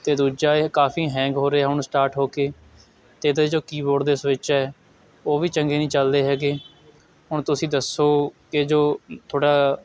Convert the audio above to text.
ਅਤੇ ਦੂਜਾ ਇਹ ਕਾਫੀ ਹੈਂਗ ਹੋ ਰਿਹਾ ਹੁਣ ਸਟਾਰਟ ਹੋ ਕੇ ਅਤੇ ਇਹਦੇ ਜੋ ਕੀਬੋਰਡ ਦੇ ਸਵਿੱਚ ਹੈ ਉਹ ਵੀ ਚੰਗੇ ਨਹੀਂ ਚੱਲਦੇ ਹੈਗੇ ਹੁਣ ਤੁਸੀਂ ਦੱਸੋ ਕਿ ਜੋ ਤੁਹਾਡਾ